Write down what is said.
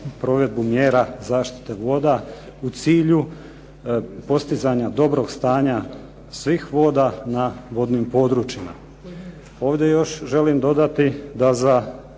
provedbu mjera zaštite voda u cilju postizanja dobrog stanja svih voda na vodnim područjima. Ovdje još želim dodati da za